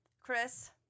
Chris